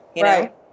Right